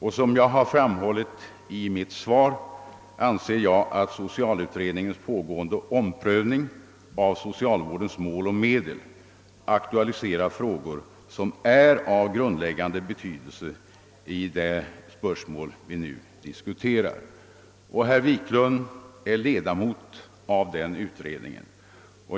Såsom jag har framhållit i mitt svar anser jag att socialutredningens pågående omprövning av socialvårdens mål och medel aktualiserar frågor som är av grundläggande betydelse för de spörsmål vi nu diskuterar. Herr Wiklund är ledamot av denna utredning.